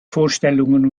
vorstellungen